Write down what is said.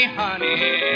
honey